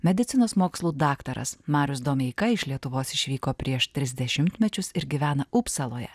medicinos mokslų daktaras marius domeika iš lietuvos išvyko prieš tris dešimtmečius ir gyvena upsaloje